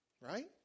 Right